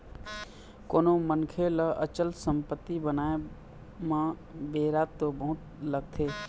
कोनो मनखे ल अचल संपत्ति बनाय म बेरा तो बहुत लगथे